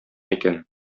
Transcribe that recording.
икән